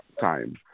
time